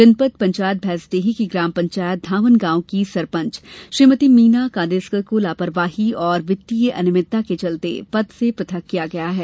जनपद पंचायत भैंसदेही की ग्राम पंचायत धामनगांव की सरपंच श्रीमती मीना कास्देकर को लापरवाही एवं वित्तीय अनियमितता के चलते पद से पृथक किया गया है